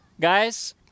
Guys